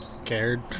cared